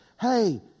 Hey